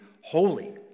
holy